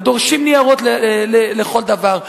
ודורשים ניירות לכל דבר,